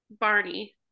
Barney